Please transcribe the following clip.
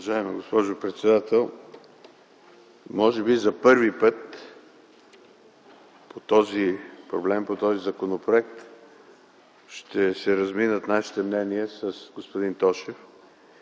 Уважаема госпожо председател, може би за първи път по този проблем, по този законопроект ще се разминат нашите мнения с господин Тошев